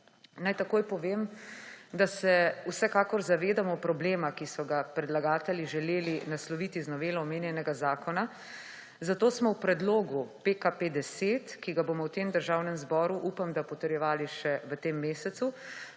Naj takoj povem, da se vsekakor zavedamo problema, ki so ga predlagatelji želeli nasloviti z novelo omenjenega zakona, zato smo v predlogu PKP10, ki ga bomo v Državnem zboru, upam da, potrjevali še v tem mesecu,